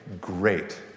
great